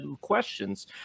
questions